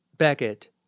Beckett